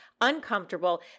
uncomfortable